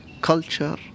culture